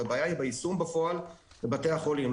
הבעיה היא ביישום בפועל בבתי החולים.